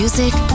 Music